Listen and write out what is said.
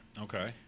Okay